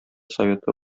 советы